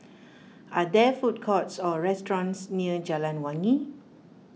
are there food courts or restaurants near Jalan Wangi